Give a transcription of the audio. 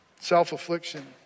Self-affliction